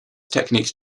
technique